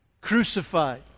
Crucified